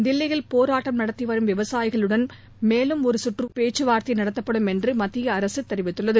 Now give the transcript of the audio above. தில்லியில் போராட்டம் நடத்திவரும் விவசாயிகளுடன் மேலும் ஒரு கற்று பேச்சுவார்தை நடத்தப்படும் என்று மத்திய அரசு தெரிவித்துள்ளது